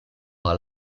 par